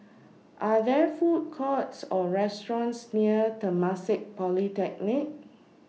Are There Food Courts Or restaurants near Temasek Polytechnic